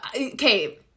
Okay